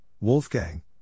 Wolfgang